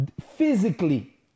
physically